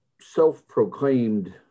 self-proclaimed